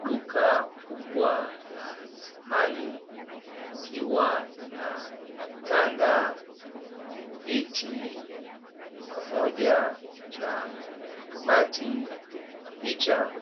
Duka kubwa la samani likiwa na vitanda, viti pamoja na makabati na picha